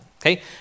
okay